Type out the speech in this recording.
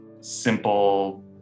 simple